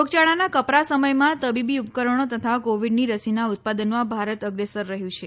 રોગચાળાના કપરા સમયમાં તબીબી ઉપકરણો તથા કોવીડની રસીના ઉત્પાદનમાં ભારત અગ્રેસર રહ્યું છે